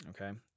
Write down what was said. Okay